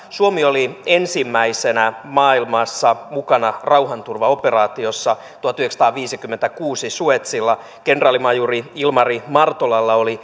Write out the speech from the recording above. suomi oli ensimmäisenä maailmassa mukana rauhanturvaoperaatiossa tuhatyhdeksänsataaviisikymmentäkuusi suezilla kenraalimajuri ilmari martolalla oli